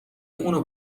اونو